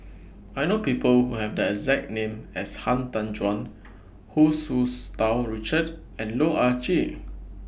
I know People Who Have The exact name as Han Tan Juan Hu Tsu's Tau Richard and Loh Ah Chee